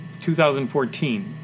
2014